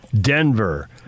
Denver